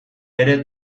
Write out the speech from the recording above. ere